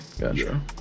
gotcha